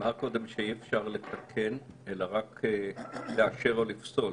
נאמר קודם שאי-אפשר לתקן אלא רק לאשר או לפסול.